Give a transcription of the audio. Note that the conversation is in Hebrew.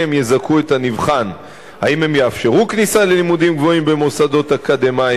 יזכו את הנבחן בהן: האם יאפשרו כניסה ללימודים גבוהים במוסדות אקדמיים,